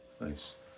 nice